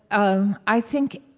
um i think,